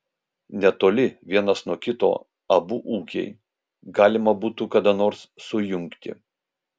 netoli vienas nuo kito abu ūkiai galima būtų kada nors sujungti